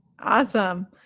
awesome